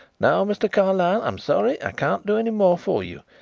now, mr. carlyle, i'm sorry i can't do any more for you.